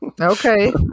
Okay